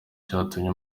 cyatuma